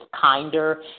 kinder